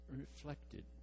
reflected